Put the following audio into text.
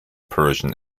persian